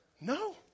No